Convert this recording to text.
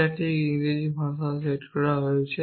এটা ঠিক ইংরাজী ভাষায় সেট করা হয়েছে